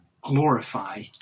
glorify